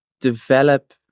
develop